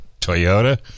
Toyota